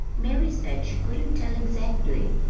mary said she couldn't tell exactly.